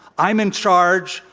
i'm in charge.